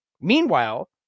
Meanwhile